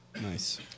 Nice